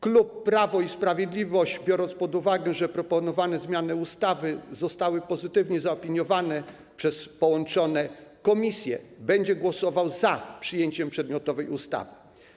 Klub Prawo i Sprawiedliwość, biorąc pod uwagę to, że proponowane zmiany ustawy zostały pozytywnie zaopiniowane przez połączone komisje, będzie głosował za przyjęciem przedmiotowej ustawy.